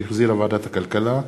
שהחזירה ועדת הכלכלה,